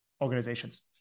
organizations